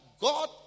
God